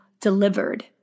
delivered